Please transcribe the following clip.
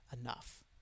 enough